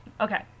Okay